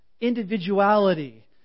individuality